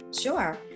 sure